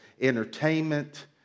entertainment